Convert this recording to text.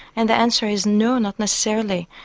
and the answer is no, not necessarily.